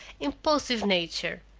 impulsive nature.